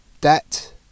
debt